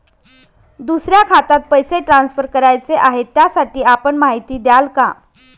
दुसऱ्या खात्यात पैसे ट्रान्सफर करायचे आहेत, त्यासाठी आपण माहिती द्याल का?